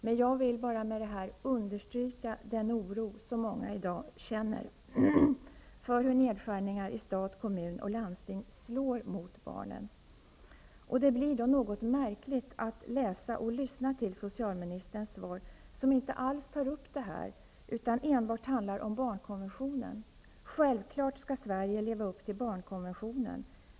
Men jag vill bara med detta understryka den oro som många i dag känner för hur nedskärningar i stat, kommun och landsting slår mot barnen. Det blir då något märkligt att läsa och lyssna till socialministerns svar, som inte alls tar upp det här utan enbart handlar om barnkonventionen. Självfallet skall Sverige leva upp till barnkonventionen.